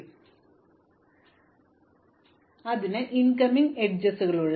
മറുവശത്ത് എനിക്ക് ഡിഗ്രി 0 അല്ലാത്ത ഒരു ശീർഷകം ഉണ്ടെങ്കിൽ അതിന് ഇൻകമിംഗ് ചില അരികുകളുണ്ട്